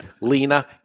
Lena